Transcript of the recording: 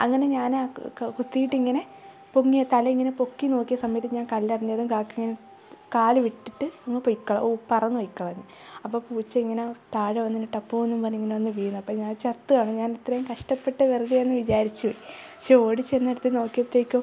അങ്ങനെ ഞാനാ കൊത്തിയിട്ട് ഇങ്ങനെ പൊങ്ങിയ തല ഇങ്ങനെ പൊക്കി നോക്കിയ സമയത്ത് ഞാൻ കല്ലെറിഞ്ഞതും കാക്ക ഇങ്ങനെ കാല് വിട്ടിട്ട് അങ്ങ് പോയിക്കളഞ്ഞു ഓ പറന്നു പോയി കളഞ്ഞു അപ്പോൾ പൂച്ച ഇങ്ങനെ താഴെ വന്ന് ടപ്പോന്നും പറഞ്ഞിങ്ങനെ വന്നു വീണു അപ്പോൾ ഞാൻ ചത്തു കാണും ഞാൻ ഇത്രേയും കഷ്ടപ്പെട്ട് വെറുതെ ആയെന്ന് വിചാരിച്ചു പക്ഷേ ഓടിച്ചെന്ന് എടുത്ത് നോക്കിയപ്പോഴത്തേക്കും